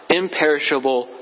imperishable